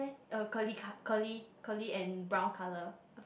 uh curly co~ curly and brown colour